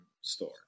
store